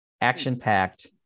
action-packed